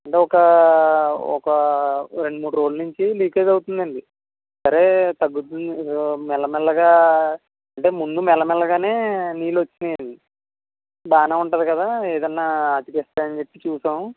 అంటే ఒక ఒక రెండు మూడు రోజుల నుంచి లీకేజ్ అవుతుంది అండి సరే తగ్గుతు మెల్ల మెల్లగా అంటే ముందు మెల్ల మెల్లగా నీళ్ళు వచ్చినాయి అండి బాగా ఉంటుంది కాదా ఏదన్న అతికిస్తే అని చెప్పి చూసాం